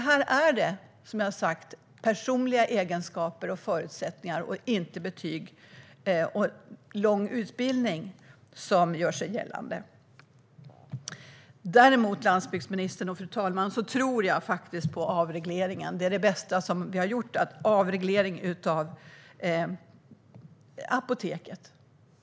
Här är det som sagt personliga egenskaper och förutsättningar, inte betyg och lång utbildning, som gäller. Fru talman och landsbygdsministern! Jag tror på avregleringen. Det bästa vi har gjort är apoteksavregleringen.